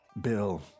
bill